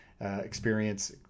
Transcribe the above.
experience